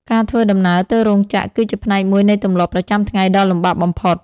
ការធ្វើដំណើរទៅរោងចក្រ គឺជាផ្នែកមួយនៃទម្លាប់ប្រចាំថ្ងៃដ៏លំបាកបំផុត។